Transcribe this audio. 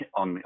on